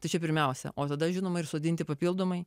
tai čia pirmiausia o tada žinoma ir sodinti papildomai